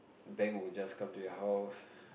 bank will just come to your house